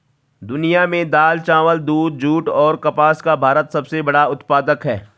दुनिया में दाल, चावल, दूध, जूट और कपास का भारत सबसे बड़ा उत्पादक है